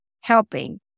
helping